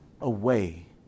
away